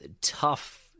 Tough